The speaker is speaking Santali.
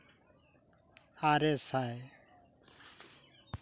ᱟᱨᱮᱥᱟᱭ